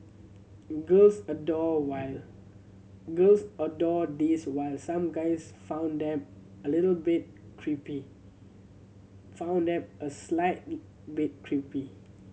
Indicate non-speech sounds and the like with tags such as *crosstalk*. girls adored while girls adored these while some guys found them a little bit creepy found them a slight *unintelligible* bit creepy